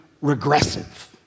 regressive